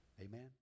Amen